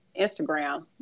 Instagram